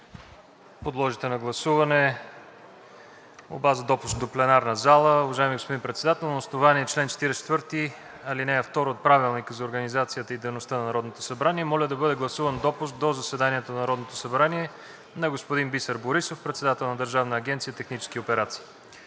Колеги, да гласуваме допуск. ДОКЛАДЧИК ДАНИЕЛ МИТОВ: Уважаеми господин Председател, на основание чл. 44, ал. 2 от Правилника за организацията и дейността на Народното събрание, моля да бъде гласуван допуск в залата до заседанието на Народното събрание на господин Бисер Борисов, председател на Държавна агенция „Технически операции“.